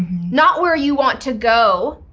not where you want to go,